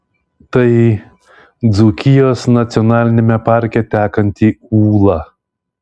tai dzūkijos nacionaliniame parke tekanti ūla